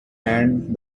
and